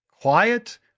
quiet